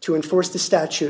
to enforce the statute